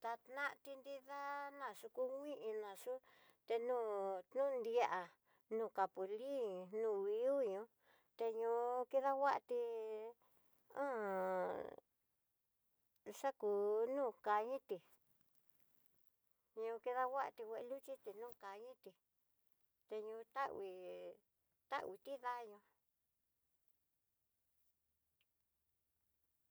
Tá nati nidá nayukú ngui naxu tenu no nriá no capulin no ihónio, te ñó kidanguati han xakú nó kañiti ño kidanguati kiluchiti, tiñokaniti ti ñoo ta uhé ta utí daña'a.